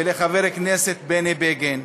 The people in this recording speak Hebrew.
ולחבר הכנסת בני בגין,